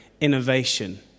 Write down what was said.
innovation